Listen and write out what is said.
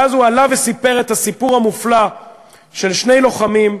ואז הוא עלה וסיפר את הסיפור המופלא של שני לוחמים,